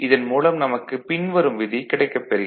இதன் மூலம் நமக்கு பின்வரும் விதி கிடைக்கப்பெறுகின்றது